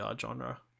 genre